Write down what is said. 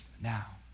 now